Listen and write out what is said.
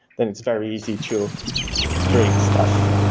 then it's very easy to break stuff